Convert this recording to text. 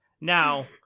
Now